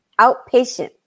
outpatient